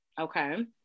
Okay